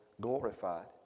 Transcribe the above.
glorified